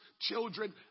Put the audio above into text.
children